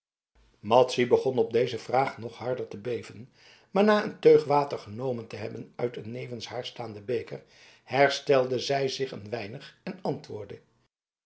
madzy begon op deze vraag nog harder te beven maar na een teug water genomen te hebben uit een nevens haar staanden beker herstelde zij zich een weinig en antwoordde